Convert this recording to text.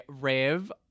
rev